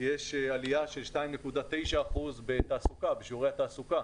יש עלייה של 2.9 אחוזים בשיעורי התעסוקה.